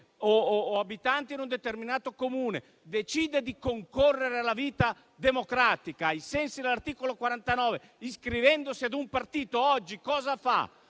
o abitante in un determinato Comune, decide di concorrere alla vita democratica ai sensi dell'articolo 49 della Costituzione, iscrivendosi ad un partito, cosa fa